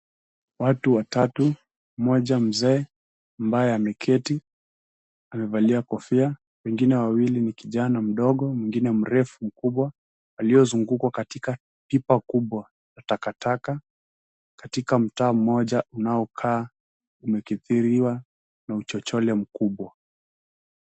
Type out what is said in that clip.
Watu watatu, mmoja mzee ambaye ameketi amevalia kofia. Wengine wawili ni kijana mdogo, mwingine mrefu mkubwa aliozungukwa katika pipa kubwa ya takataka katika mtaa mmoja unaokaa umekidhiriwa na uchochole mkubwa.